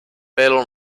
pelo